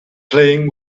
playing